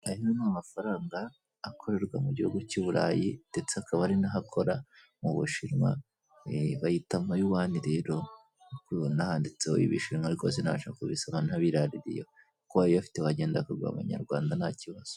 Amafaranga akorerwa mu gihugu cy'i Burayi ndetse akaba ariho akora mu bushinwa, bayita amayuwani rero. Ndabona handitseho ibishinwa ariko sinabasha kubisobanura ntabiraririyeho. Ariko uyafite wagenda bakaguha amanyarwanda nta kibazo.